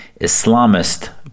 Islamist